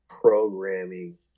programming